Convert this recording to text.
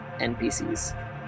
NPCs